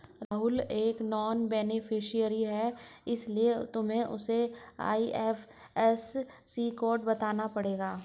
राहुल एक non beneficiary है इसीलिए तुम्हें उसे आई.एफ.एस.सी कोड बताना पड़ेगा